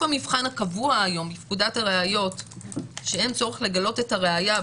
המבחן הקבוע היום בפקודת הראיות שאין צורך לגלות את הראייה,